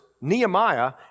Nehemiah